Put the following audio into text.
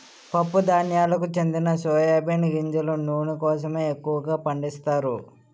పప్పు ధాన్యాలకు చెందిన సోయా బీన్ గింజల నూనె కోసమే ఎక్కువగా పండిస్తారు